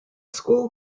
school